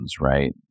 Right